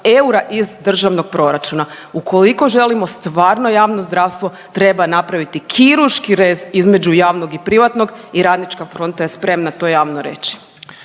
eura iz državnog proračuna. Ukoliko želimo stvarno javno zdravstvo treba napraviti kirurški rez između javnog i privatnog i RF je spremna to javno reći.